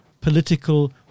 political